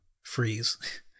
freeze